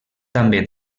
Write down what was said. també